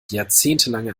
jahrzehntelange